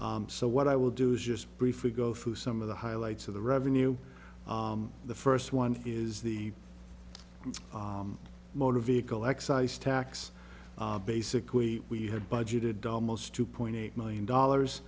so what i will do is just briefly go through some of the highlights of the revenue the first one is the motor vehicle excise tax basically we had budgeted daal most two point eight million dollars